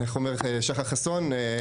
איך אומר שחר חסון?